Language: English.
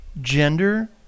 gender